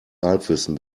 halbwissen